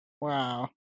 Wow